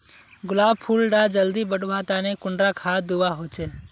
गुलाब फुल डा जल्दी बढ़वा तने कुंडा खाद दूवा होछै?